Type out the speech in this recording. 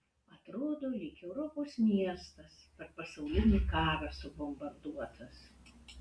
atrodo lyg europos miestas per pasaulinį karą subombarduotas